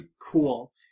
cool